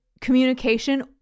communication